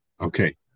Okay